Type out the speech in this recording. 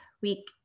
week